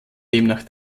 demnach